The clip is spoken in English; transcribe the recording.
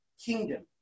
kingdom